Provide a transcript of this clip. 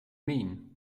mean